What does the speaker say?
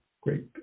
great